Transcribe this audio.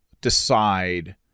decide